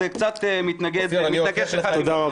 זה קצת מתנגש אחד עם השני.